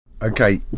Okay